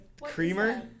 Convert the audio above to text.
creamer